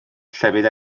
llefydd